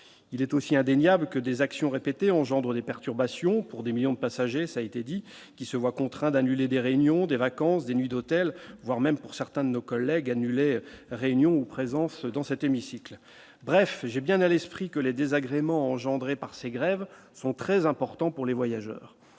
il est aussi indéniable que des actions répétées engendrent des perturbations pour des millions de passagers, ça a été dit, qui se voit contraint d'annuler des réunions des vacances des nuits d'hôtel, voire même pour certains de nos collègues, annulée, réunion ou présence dans cet hémicycle, bref, j'ai bien à l'esprit que les désagréments engendrés par ces grèves sont très importants pour les voyageurs,